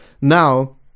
now